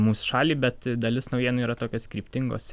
mūsų šalį bet dalis naujienų yra tokios kryptingos